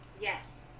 Yes